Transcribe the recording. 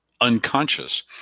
unconscious